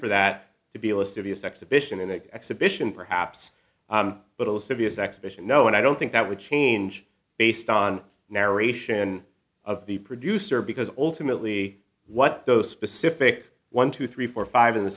for that to be a serious exhibition in that exhibition perhaps but it was serious exhibition no and i don't think that would change based on narration of the producer because ultimately what those specific one two three four five in the